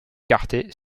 écartés